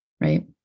right